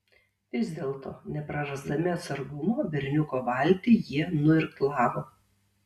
vis dėlto neprarasdami atsargumo berniuko valtį jie nuirklavo